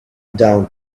down